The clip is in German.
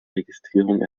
registrierung